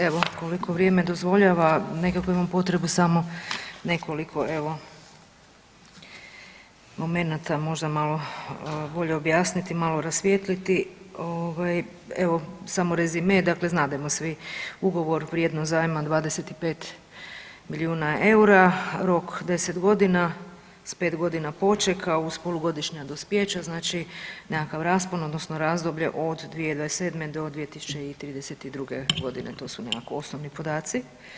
Evo koliko vrijeme dozvoljava nekako imam potrebu samo nekoliko evo momenata možda malo bolje objasniti i malo rasvijetliti ovaj evo samo rezime, dakle znademo svi ugovor vrijednost zajma 25 milijuna eura, rok 10.g. s 5.g. počeka uz polugodišnja dospijeća, znači nekakav raspon odnosno razdoblje od 2027. do 2032.g., to su nekako osnovni podaci.